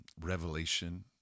revelation